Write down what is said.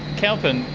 kalpen,